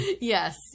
Yes